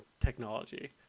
technology